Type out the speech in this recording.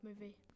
movie